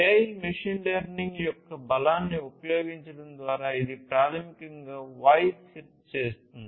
AI machine learning యొక్క బలాన్ని ఉపయోగించడం ద్వారా ఇది ప్రాథమికంగా వాయిస్ సెర్చ్ చేస్తుంది